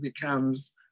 becomes